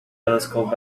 telescope